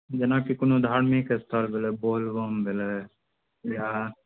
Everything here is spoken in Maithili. जेना कि कोनो धार्मिक स्थल भेलय बोलबम भेलय यऽ